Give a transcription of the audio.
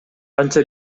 канча